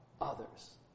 others